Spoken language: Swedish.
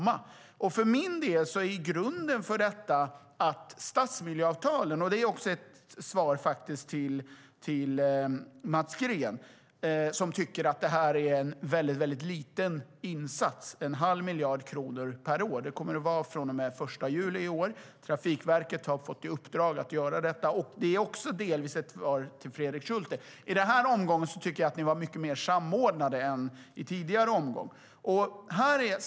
I den här omgången tycker jag att ni var mycket mer samordnade än i tidigare omgång.